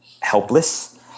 helpless